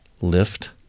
lift